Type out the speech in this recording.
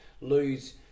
lose